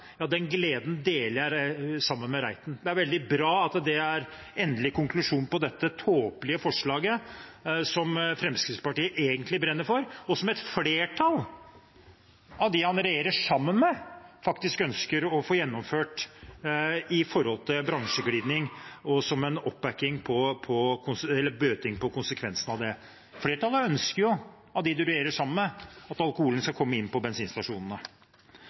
Den gleden deler jeg med Reiten. Det er veldig bra at det er den endelige konklusjonen på dette tåpelige forslaget som Fremskrittspartiet egentlig brenner for, og som et flertall av dem han regjerer sammen med, faktisk ønsker å få gjennomført med hensyn til bransjeglidning og for å bøte på konsekvensen av det. Flertallet av dem han regjerer sammen med, ønsker jo at alkoholen skal komme inn på bensinstasjonene.